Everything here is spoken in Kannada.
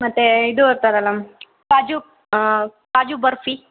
ಮತ್ತೆ ಇದು ಅಂತಾರಲ್ಲ ಕಾಜು ಕಾಜು ಬರ್ಫಿ